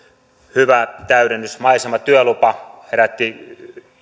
hyvä täydennys maisematyölupa herätti